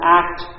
act